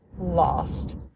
lost